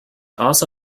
also